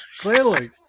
clearly